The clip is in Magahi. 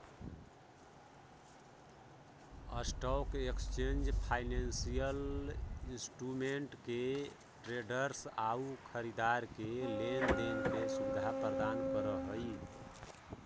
स्टॉक एक्सचेंज फाइनेंसियल इंस्ट्रूमेंट के ट्रेडर्स आउ खरीदार के लेन देन के सुविधा प्रदान करऽ हइ